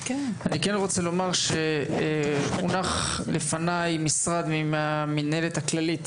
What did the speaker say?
אני כן רוצה לומר שמונח לפניי מסמך מהמנהלת הכללית,